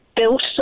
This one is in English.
Built